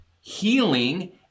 healing